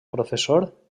professor